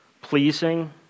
pleasing